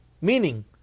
meaning